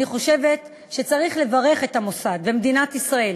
אני חושבת שצריך לברך את המוסד במדינת ישראל